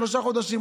לשלושה חודשים.